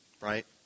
right